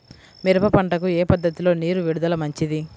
మిరప పంటకు ఏ పద్ధతిలో నీరు విడుదల మంచిది?